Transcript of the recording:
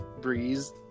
Breeze